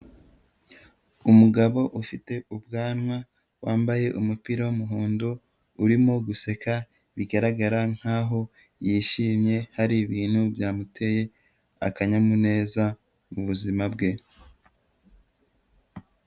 Umugabo ufite ubwanwa, wambaye umupira wumuhondo urimo guseka bigaragara nkaho yishimye, hari ibintu byamuteye akanyamuneza mu buzima bwe.